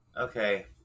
Okay